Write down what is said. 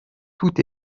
tout